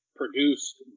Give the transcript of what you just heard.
produced